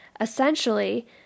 essentially